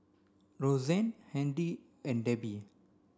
Rozanne Handy and Debbi